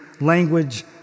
language